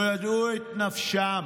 לא ידעו את נפשם.